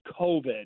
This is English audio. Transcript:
COVID